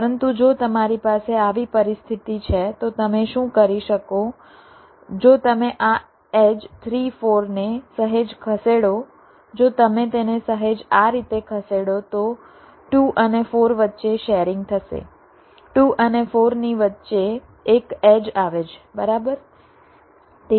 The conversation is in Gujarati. પરંતુ જો તમારી પાસે આવી પરિસ્થિતિ છે તો તમે શું કરી શકો જો તમે આ એડ્જ 3 4 ને સહેજ ખસેડો જો તમે તેને સહેજ આ રીતે ખસેડો તો 2 અને 4 વચ્ચે શેરિંગ થશે 2 અને 4 ની વચ્ચે એક એડ્જ આવે છે બરાબર